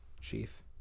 chief